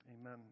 Amen